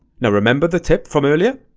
now remember the tip from earlier?